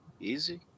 easy